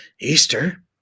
Easter